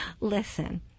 Listen